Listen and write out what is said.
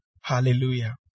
Hallelujah